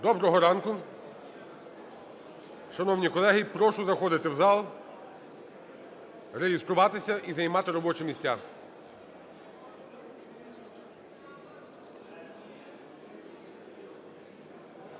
Доброго ранку, шановні колеги! Прошу заходити в зал, реєструватися і займати робочі місця.